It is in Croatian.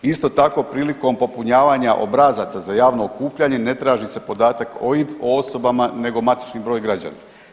Isto tako prilikom popunjavanja obrazaca za javno okupljanje ne traži se podatak OIB o osobama nego matični broj građana.